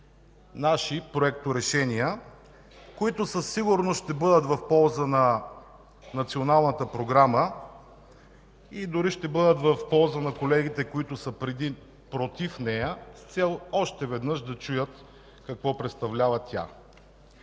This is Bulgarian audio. наши проекторешения, които със сигурност ще бъдат в полза на Националната програма и дори ще бъдат в полза на колегите, които са против нея, с цел още веднъж да чуят какво представлява тя.